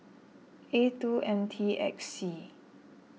A two M T X C